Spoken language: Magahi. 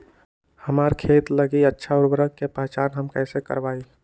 हमार खेत लागी अच्छा उर्वरक के पहचान हम कैसे करवाई?